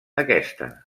aquesta